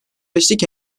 beşlik